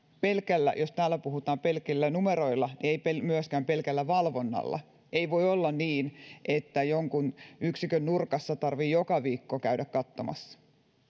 jos täällä puhutaan ettei pelkillä numeroilla niin ei myöskään pelkällä valvonnalla ei voi olla niin että jonkun yksikön nurkassa tarvitsee joka viikko käydä katsomassa